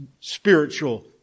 spiritual